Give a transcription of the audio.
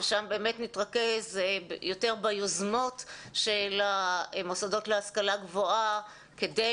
שם באמת נתרכז יותר ביוזמות של המוסדות להשכלה גבוהה כדי